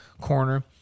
corner